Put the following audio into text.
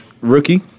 rookie